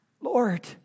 Lord